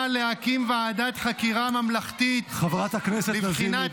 להקים ועדת חקירה ממלכתית -- חברת הכנסת לזימי,